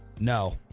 No